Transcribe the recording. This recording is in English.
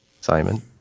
Simon